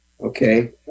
Okay